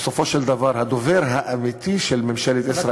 בסופו של דבר הדובר האמיתי של ממשלת ישראל,